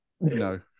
No